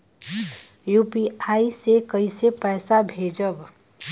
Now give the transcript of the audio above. UPI से कईसे पैसा भेजब?